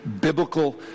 biblical